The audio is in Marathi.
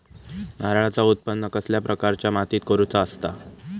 नारळाचा उत्त्पन कसल्या प्रकारच्या मातीत करूचा असता?